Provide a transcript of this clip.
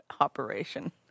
Operation